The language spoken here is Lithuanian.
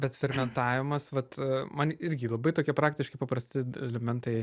bet fermentavimas vat man irgi labai tokie praktiškai paprasti elementai